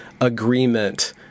agreement